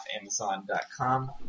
Amazon.com